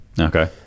Okay